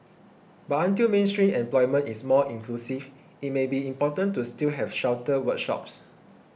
but until mainstream employment is more inclusive it may be important to still have sheltered workshops